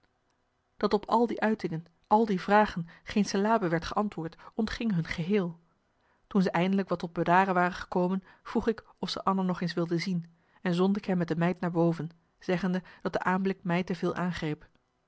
dat op al die uitingen al die vragen geen syllabe werd geantwoord ontging hun geheel toen ze eindelijk wat tot bedaren waren gekomen vroeg ik of ze anna nog eens wilden zien en zond ik hen met de meid naar boven zeggende dat de aanblik mij te veel aangreep